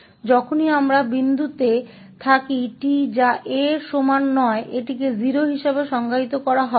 इसलिए जब भी हम उस बिंदु t पर होते हैं जो a के बराबर नहीं होता है इसे 0 के रूप में परिभाषित किया जाता है